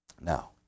Now